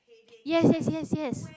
yes yes yes yes